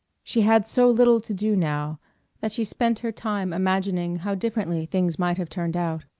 she had so little to do now that she spent her time imagining how differently things might have turned out.